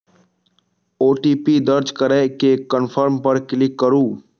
OTP दर्ज करै के कंफर्म पर क्लिक करू